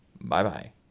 Bye-bye